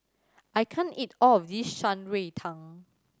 I can't eat all of this Shan Rui Tang